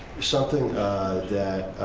something that